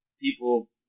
people